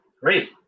great